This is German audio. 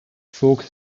zog